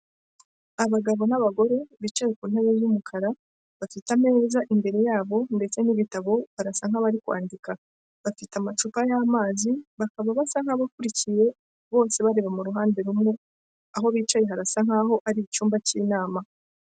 Abagabo n'abagore, bicaye ku ntebe z'umukara, bafite ameza imbere yabo, ndetse n'ibitabo barasa nk'abari kwandika, bafite amacupa y'amazi, bakaba basa nk'abakurikiye bose bareba mu ruhande rumwe, aho bicaye harasa nkaho ari icyumba cyininama.